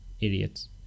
idiots